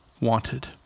wanted